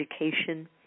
education